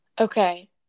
Okay